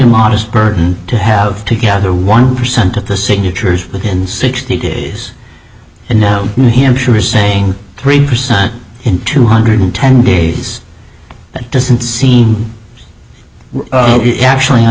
modest burden to have to gather one percent of the signatures within sixty days and now new hampshire is saying three percent in two hundred ten days that doesn't seem to be actually on